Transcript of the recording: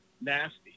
nasty